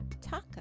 taco